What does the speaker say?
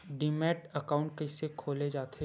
Demat account कइसे खोले जाथे?